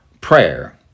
prayer